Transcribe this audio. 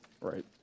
Right